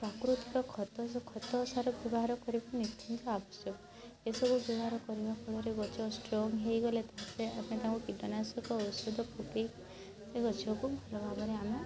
ପ୍ରାକୃତିକ ଖତ ଯେଉଁ ଖତ ସାର ବ୍ୟବହାର କରିବା ନିତ୍ୟାନ୍ତ ଆବଶ୍ୟକ ଏସବୁ ବ୍ୟବହାର କରିବା ଫଳରେ ଗଛ ଷ୍ଟ୍ରଙ୍ଗ୍ ହେଇଗଲେ ତା'ପରେ ଆମେ ତାକୁ କୀଟନାଶକ ଔଷଧ ପକାଇ ସେ ଗଛ କୁ ଭଲ ଭାବରେ ଆମେ